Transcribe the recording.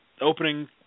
opening